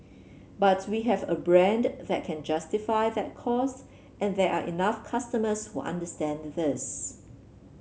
but we have a brand that can justify that cost and there are enough customers who understand this